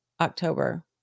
October